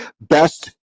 best